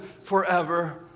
forever